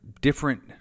different